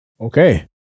Okay